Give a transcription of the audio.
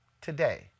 Today